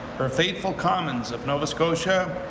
her faithful commons of nova scotia,